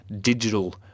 digital